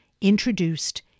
introduced